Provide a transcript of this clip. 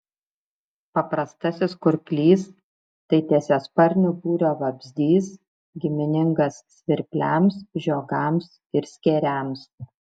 paprastasis kurklys tai tiesiasparnių būrio vabzdys giminingas svirpliams žiogams ir skėriams